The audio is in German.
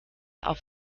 auf